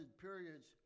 periods